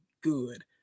good